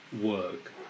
work